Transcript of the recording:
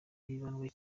hibandwa